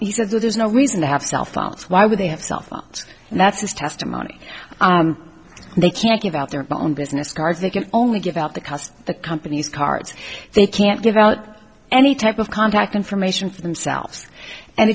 he said so there's no reason to have cell phones why would they have cell phones and that's this testimony they can't give out their own business cards they can only give out the cost the company's cards they can't give out any type of contact information for themselves and